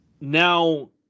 now